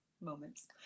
Moments